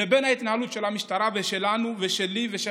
לבין ההתנהלות של המשטרה ושלנו ושלי ושל